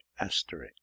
Asterix